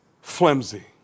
Flimsy